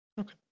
Okay